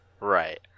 Right